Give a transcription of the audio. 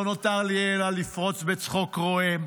לא נותר לי אלא לפרוץ בצחוק רועם.